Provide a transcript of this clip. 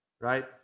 right